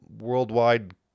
worldwide